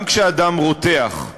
גם כשהדם רותח,